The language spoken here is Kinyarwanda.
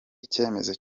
icyemezo